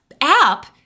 app